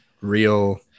real